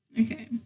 Okay